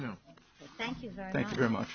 you thank you very much